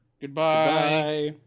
Goodbye